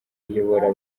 ayobora